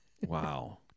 Wow